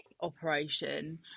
operation